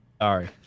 Sorry